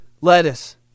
lettuce